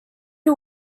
are